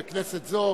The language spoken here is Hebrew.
בכנסת זו,